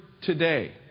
today